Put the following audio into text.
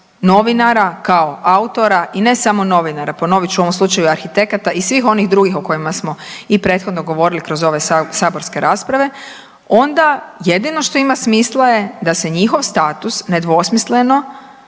novinara kao autora i ne samo novinara ponovit ću u ovom slučaju arhitekata i svih onih drugih o kojima smo i prethodno govorili kroz ove saborske rasprave, onda jedino što ima smisla je da se njihov status nedvosmisleno